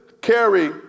carry